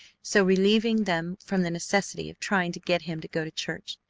so relieving them from the necessity of trying to get him to go to church,